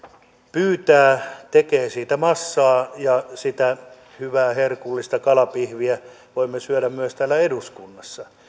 pyytää tekee siitä massaa ja sitä hyvää herkullista kalapihviä voimme syödä myös täällä eduskunnassa